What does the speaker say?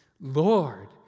Lord